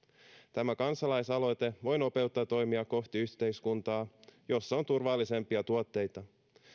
tämä kansalaisaloite voi nopeuttaa toimia kohti yhteiskuntaa jossa on turvallisempia tuotteita